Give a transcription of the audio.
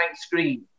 screen